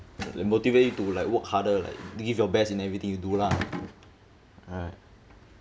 like motivate you to like work harder like to give your best in everything you do lah right